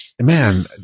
man